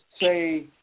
say